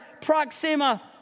Proxima